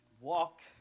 Walk